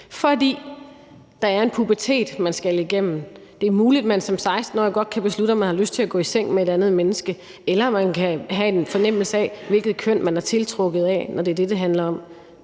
fordi der er en pubertet, man skal igennem. Det er muligt, at man som 16-årig godt kan beslutte, om man har lyst til at gå i seng med et andet menneske, eller at man kan have en fornemmelse af, hvilket køn man er tiltrukket af, når det er det, det handler om.